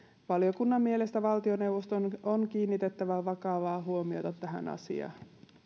valiokunnan mielestä valtioneuvoston on kiinnitettävä vakavaa huomiota tähän asiaan